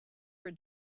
were